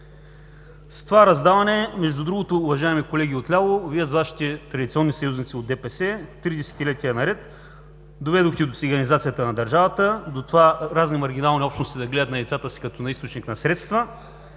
С това раздаване – между другото, уважаеми колеги отляво, Вие, с Вашите традиционни сътрудници от ДПС, три десетилетия наред доведохте до циганизацията на държавата, до това разни маргинални общности да гледат на децата си като на източник на средства